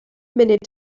munud